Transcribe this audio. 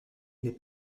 les